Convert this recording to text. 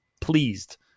pleased